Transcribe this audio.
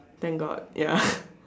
thank God ya